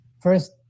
First